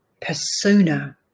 persona